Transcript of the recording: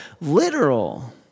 literal